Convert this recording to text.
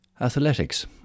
Athletics